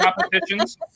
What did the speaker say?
competitions